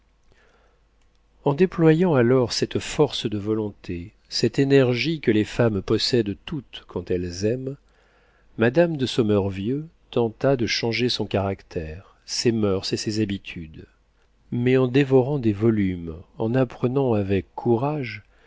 et déployant alors cette force de volonté cette énergie que les femmes possèdent toutes quand elles aiment madame de sommervieux tenta de changer son caractère ses moeurs et ses habitudes mais en dévorant des volumes en apprenant avec courage